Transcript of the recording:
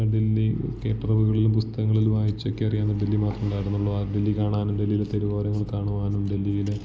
ഡെല്ലി കേട്ടറിവുകളിലും പുസ്തകങ്ങളിൽ വായിച്ചൊക്കെ അറിയാവുന്ന ഡില്ലി മാത്രം ഉണ്ടായിരുന്നുള്ളു ആ ഡെല്ലി കാണാനും ഡെല്ലിയിലെ തെരുവോരങ്ങൾ കാണുവാനും ഡെല്ലിയിലെ